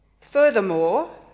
Furthermore